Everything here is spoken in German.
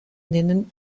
nennen